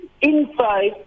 inside